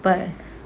but